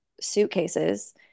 suitcases